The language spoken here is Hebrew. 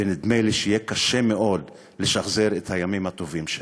ונדמה לי שיהיה קשה מאוד לשחזר את הימים הטובים שלו.